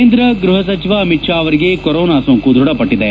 ಕೇಂದ್ರ ಗ್ಲಹ ಸಚವ ಅಮಿತ್ ಶಾ ಅವರಿಗೆ ಕೊರೊನಾ ಸೋಂಕು ದ್ಲಢಪಟ್ಲದೆ